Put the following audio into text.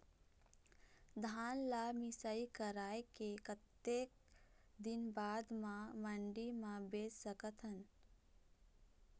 धान ला मिसाई कराए के कतक दिन बाद मा मंडी मा बेच सकथन?